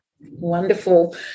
Wonderful